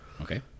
Okay